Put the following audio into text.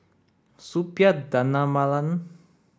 Suppiah Dhanabalan